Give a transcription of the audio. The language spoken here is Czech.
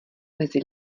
mezi